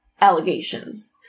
allegations